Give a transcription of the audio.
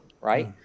right